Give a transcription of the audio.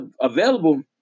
available